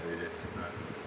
they just ah